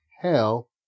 hell